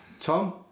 Tom